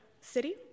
city